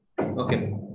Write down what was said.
Okay